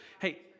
Hey